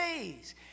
days